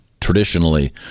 traditionally